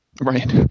Right